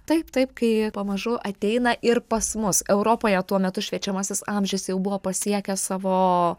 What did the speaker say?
taip taip kai pamažu ateina ir pas mus europoje tuo metu šviečiamasis amžius jau buvo pasiekęs savo